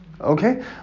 Okay